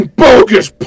bogus